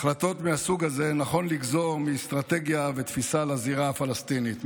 החלטות מהסוג הזה נכון לגזור מאסטרטגיה ותפיסה לזירה הפלסטינית,